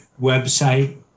website